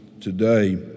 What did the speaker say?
today